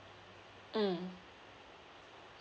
mm